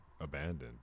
Abandoned